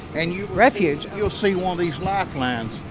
and you. refuge? you'll see one of these lifelines.